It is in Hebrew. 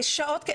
שעות.